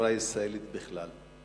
כחברה ישראלית בכלל.